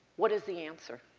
what is the answer?